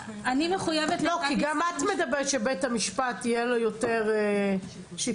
כי גם את מדברת שלבית המשפט יהיה יותר שיקול דעת.